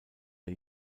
der